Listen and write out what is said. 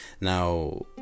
now